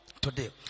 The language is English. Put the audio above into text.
today